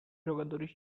jogadores